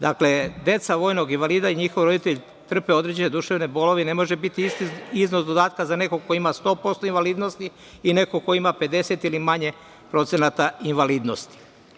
Dakle, deca vojnog invalida i njihov roditelj trpe određene duševne bolove i ne može biti isti iznos dodatka za nekog ko ima 100% invalidnosti i nekog ko ima 50%, ili manje procenata invalidnosti.